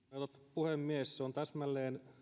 puhemies se on täsmälleen